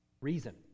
reason